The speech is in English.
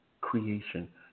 creation